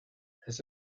has